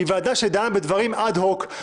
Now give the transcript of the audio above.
היא ועדה שדנה בדברים אד הוק.